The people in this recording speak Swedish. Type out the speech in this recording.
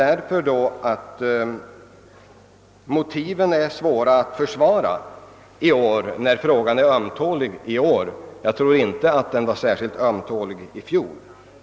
är motiven svåra att försvara i år? Jag tror inte att den var särskilt ömtålig i fjol.